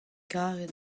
karet